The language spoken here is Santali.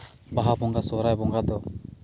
ᱵᱟᱦᱟ ᱵᱚᱸᱜᱟ ᱥᱚᱦᱚᱨᱟᱭ ᱵᱚᱸᱜᱟ ᱫᱚ